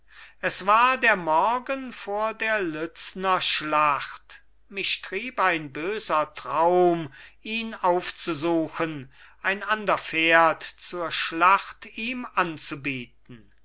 es war der morgen vor der lützner schlacht mich trieb ein böser traum ihn aufzusuchen ein ander pferd zur schlacht ihm anzubieten